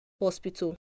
hospital